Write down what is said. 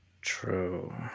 True